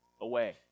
away